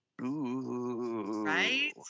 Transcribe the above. Right